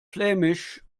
flämisch